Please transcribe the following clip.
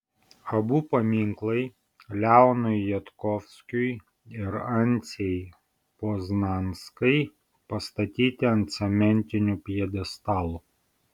abu paminklai leonui jodkovskiui ir anciai poznanskai pastatyti ant cementinių pjedestalų